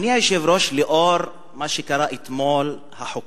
אדוני היושב-ראש, לאור מה שקרה אתמול, החוקים,